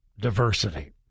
diversity